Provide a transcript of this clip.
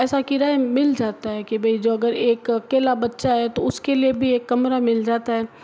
ऐसा किराया मिल जाता है कि भाई जो अगर एक अकेला बच्चा है तो उसके लिए भी एक कमरा मिल जाता है